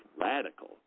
radical